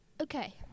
Okay